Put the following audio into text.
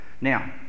now